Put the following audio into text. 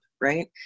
right